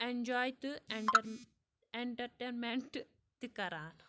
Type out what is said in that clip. enjoy تہٕ enter entertainment تہِ کران